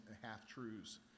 half-truths